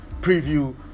preview